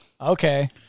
Okay